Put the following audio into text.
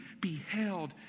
beheld